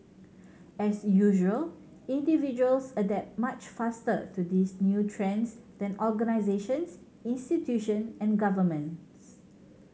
as usual individuals adapt much faster to these new trends than organisations institution and governments